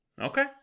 Okay